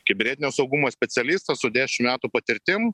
kibernetinio saugumo specialistas su dešim metų patirtim